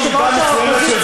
יושב-ראש האופוזיציה,